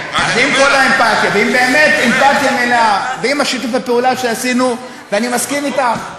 אבל אני מראה לך שאתה עדיין,